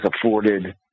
afforded